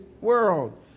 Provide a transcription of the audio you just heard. world